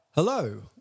Hello